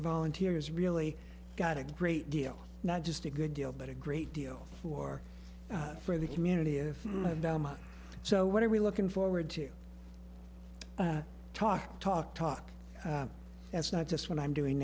volunteers really got a great deal not just a good deal but a great deal for for the community and if so what are we looking forward to talk talk talk that's not just what i'm doing